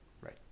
Right